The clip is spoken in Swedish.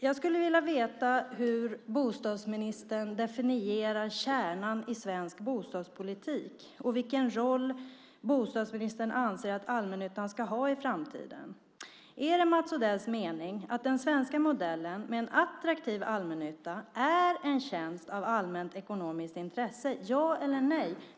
Jag skulle vilja veta hur bostadsministern definierar kärnan i svensk bostadspolitik och vilken roll bostadsministern anser att allmännyttan ska ha i framtiden. Är det Mats Odells mening att den svenska modellen med en attraktiv allmännytta är en tjänst av allmänt ekonomiskt intresse, ja eller nej?